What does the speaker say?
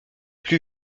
plus